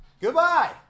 Goodbye